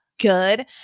good